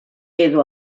edo